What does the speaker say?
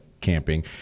camping